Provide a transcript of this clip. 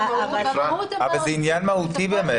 אפרת, אבל זה עניין מהותי באמת.